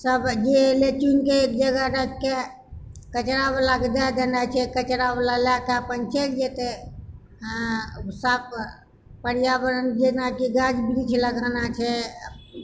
सब जे एलै चुनके एक जगह राखि के कचड़ा वाला के दए देनाइ छै कचड़ा वाला लए कऽ अपन चलि जेतै साफ पर्यावरण जेनाकि गाछ वृक्ष लगाना छै